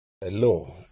Hello